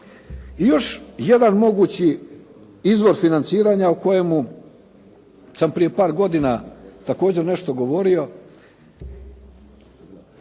još jedan mogući izvor financiranja o kojemu sam prije par godina također nešto govorio.